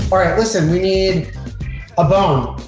all right, listen, we need a bone.